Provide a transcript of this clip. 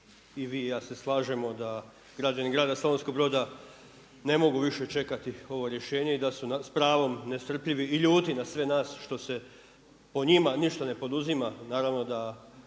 i vi i ja se slažemo da građani grada Slavonskog Broda ne mogu više čekati ovo rješenje i da su s pravom nestrpljivi i ljuti na sve nas što se o njima ništa ne poduzima.